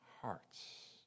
hearts